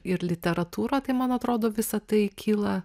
ir literatūra tai man atrodo visa tai kyla